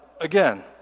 again